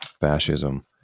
fascism